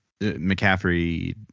McCaffrey